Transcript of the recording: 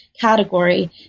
category